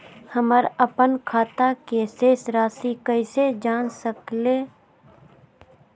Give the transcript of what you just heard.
हमर अपन खाता के शेष रासि कैसे जान सके ला?